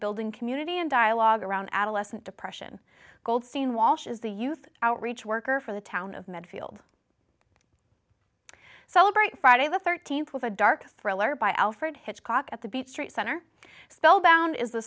building community and dialogue around adolescent depression goldstein walsh is the youth outreach worker for the town of medfield celebrate friday the thirteenth with a dark thriller by alfred hitchcock at the beach street center spellbound is